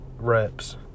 reps